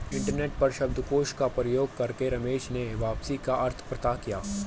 internet पर शब्दकोश का प्रयोग कर रमेश ने वापसी का अर्थ पता किया